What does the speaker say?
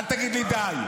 אל תגיד לי די.